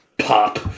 pop